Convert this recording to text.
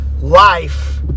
life